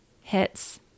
hits